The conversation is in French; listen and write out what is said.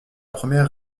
première